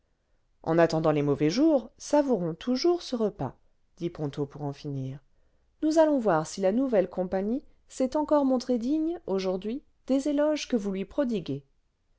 en attendant les mauvais jours savourons toujours ce repas dit ponto pour en finir nous allons voir si la nouvelle compagnie s'est encore montré digne aujourd'hui des éloges que vous lui prodiguez